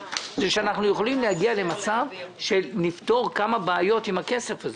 זה שאנחנו יכולים להגיע שנפתור כמה בעיות עם הכסף הזה.